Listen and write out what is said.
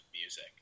music